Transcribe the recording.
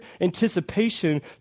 anticipation